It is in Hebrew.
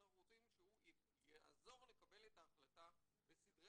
אנחנו רוצים שהוא יעזור לקבל את ההחלטה בסדרי